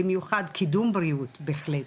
במיוחד קידום בריאות בהחלט,